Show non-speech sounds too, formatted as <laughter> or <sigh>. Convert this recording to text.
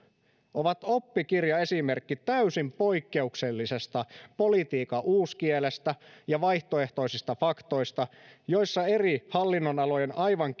ovat oppikirjaesimerkki täysin poikkeuksellisesta politiikan uuskielestä ja vaihtoehtoisista faktoista joissa eri hallinnonalojen aivan <unintelligible>